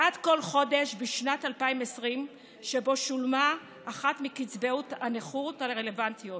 בעד כל חודש בשנת 2020 שבו שולמה אחת מקצבאות הנכות הרלוונטיות.